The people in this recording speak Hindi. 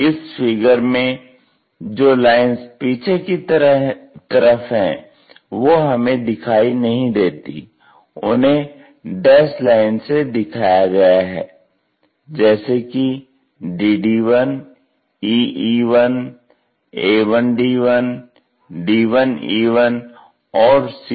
इस फिगर में जो लाइंस पीछे की तरफ हैं वो हमें दिखाई नहीं देती उन्हें डैस्ड लाइन से दिखाया गया है जैसे कि DD1 EE1 A1D1 D1E1 और C1D1